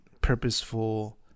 Purposeful